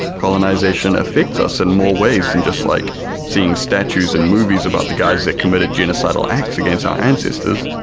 colonisation affects us in more ways than just like seeing statues and movies about the guys that committed genocidal acts against our ancestors,